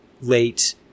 late